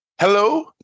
Hello